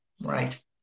Right